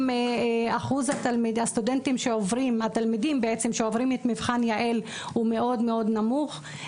גם אחוז התלמידים שעוברים את מבחן יע"ל הוא מאוד נמוך.